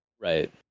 Right